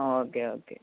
okay okay